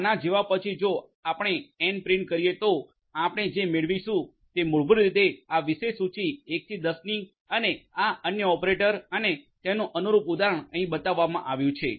આના જેવા પછી જો આપણે એન પ્રિન્ટ કરીએ તો આપણે જે મેળવીશુ તે મૂળભૂત રીતે આ વિશેષ સૂચિ 1 થી 10ની અને આ અન્ય ઓપરેટર અને તેનું અનુરૂપ ઉદાહરણ અહીં બતાવવામાં આવ્યું છે